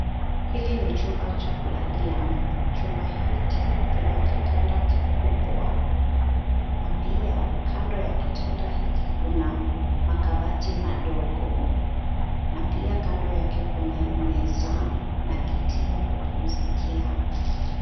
Hili ni chumba cha kulalia. Chumba hiki kina kitanda kikubwa, na pia kando ya kitanda hiki kuna makabati madogo, na pia kando yake kunayo meza na kiti ya kupumzikia.